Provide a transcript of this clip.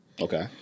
Okay